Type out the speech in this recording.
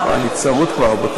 רבותי, אני צרוד כבר.